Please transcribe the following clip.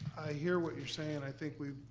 hear what you're saying. and i think we,